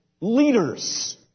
leaders